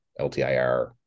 LTIR